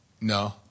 no